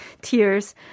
tears